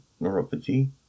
neuropathy